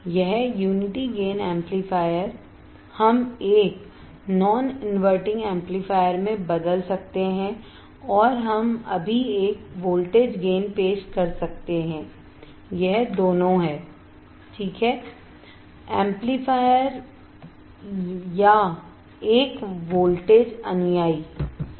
यह unity gain amplifier हम एकnon inverting एम्पलीफायर में बदल सकते हैं और हम अभी एक वोल्टेज गेन पेश कर सकते हैं यह दोनों हैंएम्पलीफायर या एक वोल्टेज अनुयायी सही